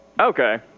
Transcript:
Okay